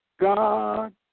God